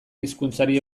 hizkuntzari